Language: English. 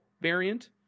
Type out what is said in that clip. variant